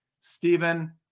Stephen